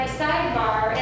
sidebar